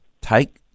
take